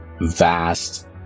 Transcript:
vast